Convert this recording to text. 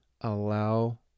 allow